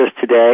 today